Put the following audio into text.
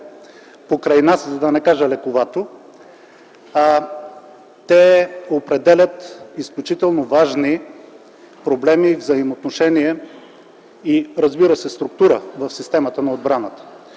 покрай нас, да не кажа лековато, а те определят изключително важни проблеми, взаимоотношения и структура в системата на отбраната.